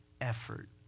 effort